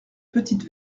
petite